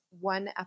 one